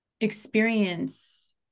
experience